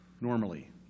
Normally